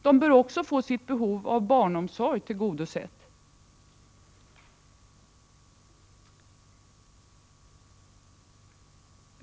De bör också få sitt behov av barnomsorg tillgodosett.